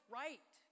right